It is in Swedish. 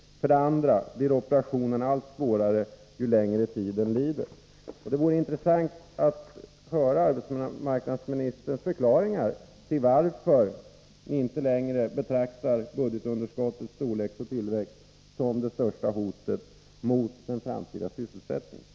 För det andra blir operationen allt svårare ju längre tiden lider.” Det vore intressant att höra arbetsmarknadsministerns förklaring till att hon inte längre betraktar budgetunderskottets storlek och ökning som det största hotet mot den framtida sysselsättningen.